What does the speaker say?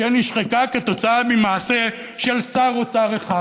שנשחקה כתוצאה ממעשה של שר אוצר אחד,